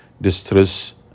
distress